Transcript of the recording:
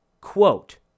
quote